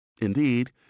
Indeed